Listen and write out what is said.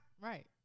right